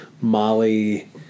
Molly